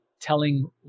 telling